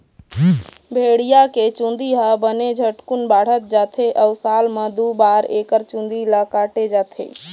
भेड़िया के चूंदी ह बने झटकुन बाढ़त जाथे अउ साल म दू बार एकर चूंदी ल काटे जाथे